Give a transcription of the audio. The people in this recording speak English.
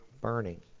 burning